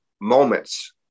moments